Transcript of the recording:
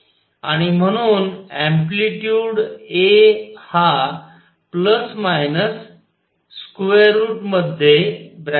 आणि म्हणून amplitude A हा √आहे